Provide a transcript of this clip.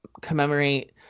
commemorate